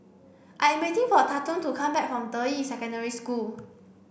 I am waiting for Tatum to come back from Deyi Secondary School